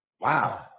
Wow